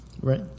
right